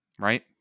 right